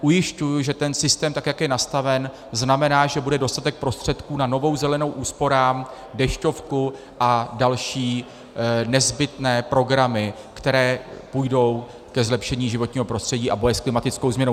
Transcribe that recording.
Ujišťuji, že ten systém, jak je nastaven, znamená, že bude dostatek prostředků na Novou zelenou úsporám, Dešťovku a další nezbytné programy, které půjdou ke zlepšení životního prostředí a boji s klimatickou změnou.